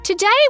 Today